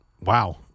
wow